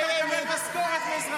אז למה אתה אזרח ישראלי?